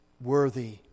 worthy